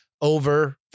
over